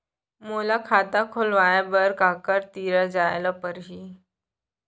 मोला खाता खोलवाय बर काखर तिरा जाय ल परही?